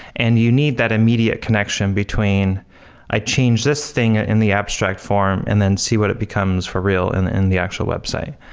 and you need that immediate connection between i change this thing in the abstract form and then see what it becomes for real in in the actual website.